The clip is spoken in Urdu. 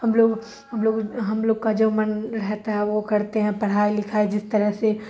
ہم لوگ ہم لوگ ہم لوگ کا جو من رہتا ہے وہ کرتے ہیں پڑھائی لکھائی جس طرح سے